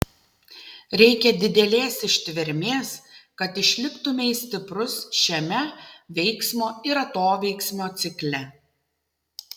reikia didelės ištvermės kad išliktumei stiprus šiame veiksmo ir atoveiksmio cikle